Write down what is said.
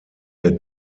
der